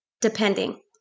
depending